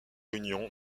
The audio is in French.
union